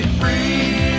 free